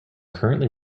currently